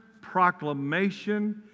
proclamation